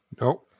No